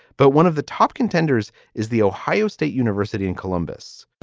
but one of the top contenders is the ohio state university in columbus,